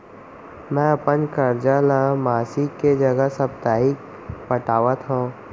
मै अपन कर्जा ला मासिक के जगह साप्ताहिक पटावत हव